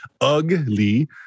Ugly